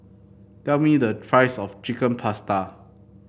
tell me the price of Chicken Pasta